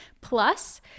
Plus